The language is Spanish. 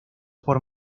por